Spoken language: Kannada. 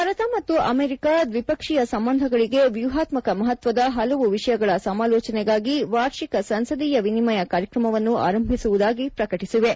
ಭಾರತ ಮತ್ತು ಅಮೆರಿಕ ದ್ವಿಪಕ್ಷೀಯ ಸಂಬಂಧಗಳಿಗೆ ವ್ಯೂಹಾತ್ಮಕ ಮಹತ್ವದ ಹಲವು ವಿಷಯಗಳ ಸಮಾಲೋಚನೆಗಾಗಿ ವಾರ್ಷಿಕ ಸಂಸದೀಯ ವಿನಿಮಯ ಕಾರ್ಯಕ್ರಮವನ್ನು ಆರಂಭಿಸುವುದಾಗಿ ಪ್ರಕಟಿಸಿವೆ